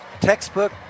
Textbook